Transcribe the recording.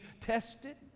tested